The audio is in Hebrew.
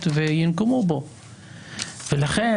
תודה רבה.